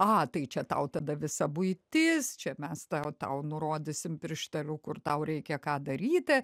a tai čia tau tada visa buitis čia mes tau tau nurodysime piršteliu kur tau reikia ką daryti